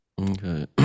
Okay